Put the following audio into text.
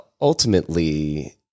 ultimately